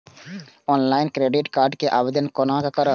Online credit card के आवेदन कोना करब?